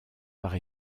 par